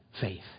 faith